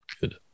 Good